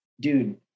dude